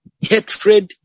hatred